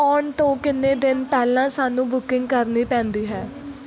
ਆਉਣ ਤੋਂ ਕਿੰਨੇ ਦਿਨ ਪਹਿਲਾਂ ਸਾਨੂੰ ਬੁਕਿੰਗ ਕਰਨੀ ਪੈਂਦੀ ਹੈ